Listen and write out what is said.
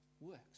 works